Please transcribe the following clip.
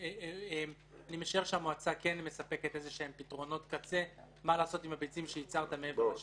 אני משער שהמועצה כן מספקת פתרונות קצה מה לעשות עם הביצים שייצרת מעבר.